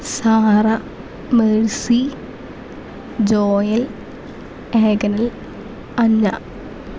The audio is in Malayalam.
സാറ മേഴ്സി ജോയല് ഏഗനല് അന്ന